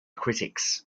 critics